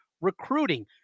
recruiting